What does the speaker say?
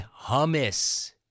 hummus